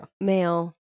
Male